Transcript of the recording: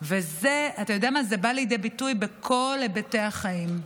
ואתה יודע מה, זה בא לידי ביטוי בכל היבטי החיים.